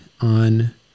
on